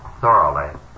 thoroughly